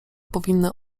powinny